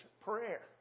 prayer